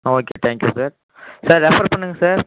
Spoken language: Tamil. ஆ okay thank you sir sir refer பண்ணுங்கள் சார்